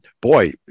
boy